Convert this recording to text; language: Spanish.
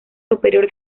superior